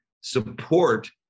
support